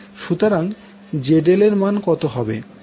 সুতরাং ZL এর মান কত হবে